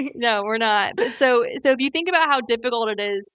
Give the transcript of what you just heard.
no, we're not. but so so, if you think about how difficult it is,